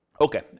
Okay